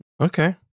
Okay